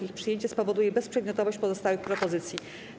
Ich przyjęcie spowoduje bezprzedmiotowość pozostałych propozycji.